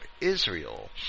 Israel